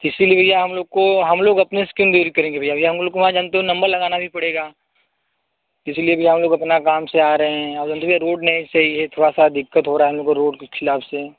इसी लिए भैया हम लोग को हम लोग अपनी दूर करेंगे भैया हम लोगों को वहाँ जा कर नंबर भी लगाना भी पड़ेगा इसी लिए भैया हम लोग अपना काम से आ रहे हैं और मान लीजिए भैया रोड नहीं सही है इसी लिए दिक्कत हो रही है हम को रोड के ख़िलाफ़ से